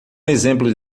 exemplo